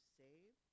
save